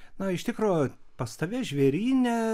na iš tikro pas tave žvėryne